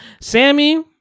Sammy